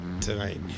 tonight